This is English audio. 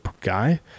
guy